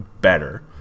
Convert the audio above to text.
better